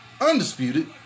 undisputed